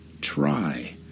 try